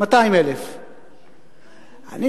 200,000. אני,